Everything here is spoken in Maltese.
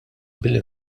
billi